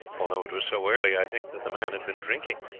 although it was so early, i think that the man had been drinking.